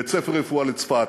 בית-ספר לרפואה בצפת,